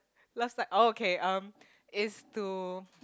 love side oh okay um is to